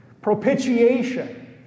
Propitiation